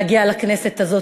להגיע לכנסת הזאת,